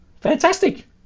Fantastic